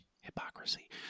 Hypocrisy